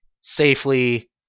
safely